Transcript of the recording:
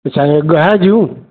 अछा ॻह जूं